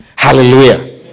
Hallelujah